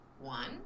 One